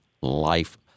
life